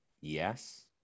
Yes